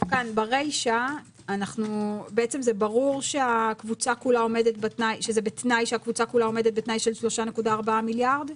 כאן ברישה ברור שזה בתנאי שהקבוצה כולה עומדת בתנאי של 3.4 מיליארד?